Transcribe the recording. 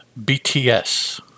BTS